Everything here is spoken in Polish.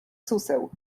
suseł